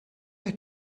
had